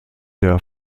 der